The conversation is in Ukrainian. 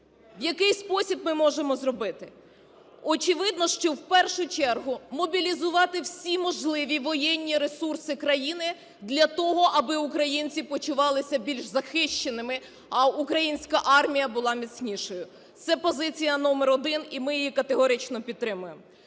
В який спосіб ми можемо зробити? Очевидно, що в першу чергу мобілізувати всі можливі воєнні ресурси країни для того, аби українці почувалися більш захищеними, а українська армія була міцнішою. Це позиція номер один, і ми її категорично підтримуємо.